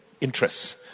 interests